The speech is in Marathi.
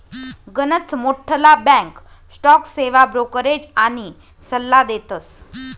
गनच मोठ्ठला बॅक स्टॉक सेवा ब्रोकरेज आनी सल्ला देतस